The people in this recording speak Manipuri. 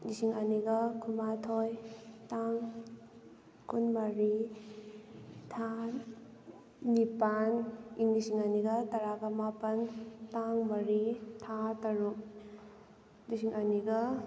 ꯂꯤꯁꯤꯡ ꯑꯅꯤꯒ ꯀꯨꯟꯃꯥꯊꯣꯏ ꯇꯥꯡ ꯀꯨꯟꯃꯔꯤ ꯊꯥ ꯅꯤꯄꯥꯜ ꯏꯪ ꯂꯤꯁꯤꯡꯑꯅꯤꯒ ꯇꯔꯥꯒ ꯃꯥꯄꯜ ꯇꯥꯡ ꯃꯔꯤ ꯊꯥ ꯇꯔꯨꯛ ꯂꯤꯁꯤꯡ ꯑꯅꯤꯒ